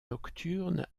nocturne